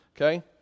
Okay